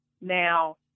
Now